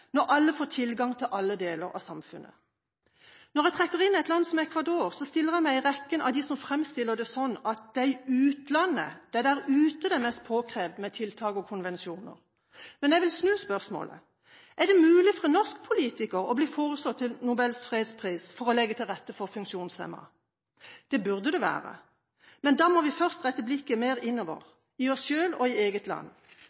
når alle får tilgang til alle deler av samfunnet. Når jeg trekker inn et land som Ecuador, stiller jeg meg i rekken av dem som framstiller det sånn at det er i utlandet, der ute, at det er mest påkrevd med tiltak og konvensjoner. Men jeg vil snu spørsmålet: Er det mulig for en norsk politiker å bli foreslått til Nobels fredspris for å legge til rette for funksjonshemmede? Det burde det være, men da må vi først rette blikket mer innover, mot oss selv og mot eget land.